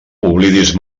oblidis